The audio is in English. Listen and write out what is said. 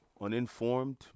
uninformed